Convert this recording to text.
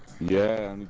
yeah